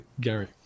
Gary